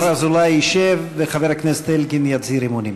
השר אזולאי ישב וחבר הכנסת אלקין יצהיר אמונים.